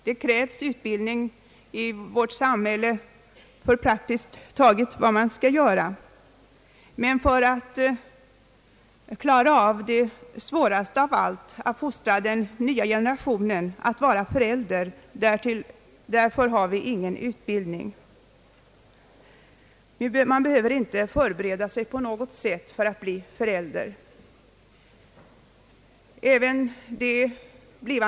Det krävs utbildning för praktiskt taget allting i vårt samhälle, utom för det som är det svåraste av allt — att fostra den nya generationen till att vara föräldrar. Man behöver inte förbereda sig på något sätt för att bli förälder.